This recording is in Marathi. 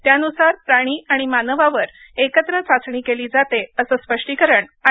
त्यानुसार प्राणी आणि मानवावर एकत्र चाचणी केली जाते असं स्पष्टीकरण आय